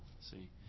See